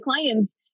clients